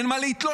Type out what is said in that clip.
אין מה להתלונן.